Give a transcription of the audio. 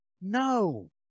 No